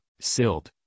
silt